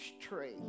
tree